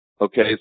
Okay